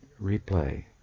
replay